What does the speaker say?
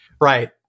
Right